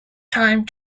time